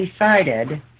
decided